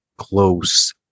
close